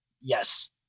yes